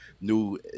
new